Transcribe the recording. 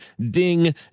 DING